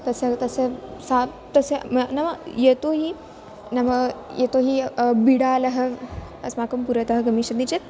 तस्य तस्य सा तस्य म नाम यतो हि नाम यतो हि बिडालः अस्माकं पुरतः गमिष्यन्ति चेत्